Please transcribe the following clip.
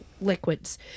liquids